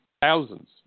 thousands